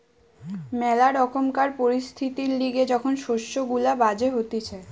ম্যালা রকমকার পরিস্থিতির লিগে যখন শস্য গুলা বাজে হতিছে